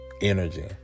energy